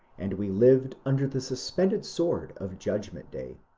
and we lived under the suspended sword of judgment day.